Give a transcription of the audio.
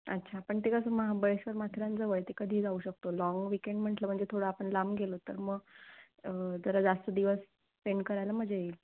अच्छा पण ते कसं महाबळेश्वर माथेरान जवळ आहे ते कधीही जाऊ शकतो लाँग विकेंड म्हटलं म्हणजे थोडं आपण लांब गेलो तर मग जरा जास्त दिवस स्पेंड करायला मजा येईल